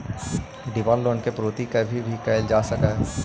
demand loan के पूर्ति कभी भी कैल जा सकऽ हई